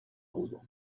agudo